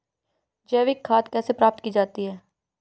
जैविक खाद कैसे प्राप्त की जाती है?